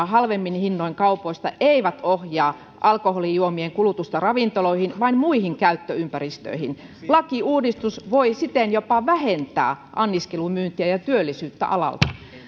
halvemmin hinnoin kaupoista eivät ohjaa alkoholijuomien kulutusta ravintoloihin vaan muihin käyttöympäristöihin lakiuudistus voi siten jopa vähentää anniskelumyyntiä ja työllisyyttä alalla